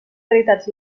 veritats